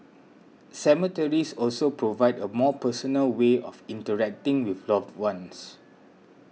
cemeteries also provide a more personal way of interacting with loved ones